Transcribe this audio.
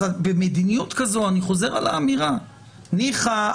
ניחא,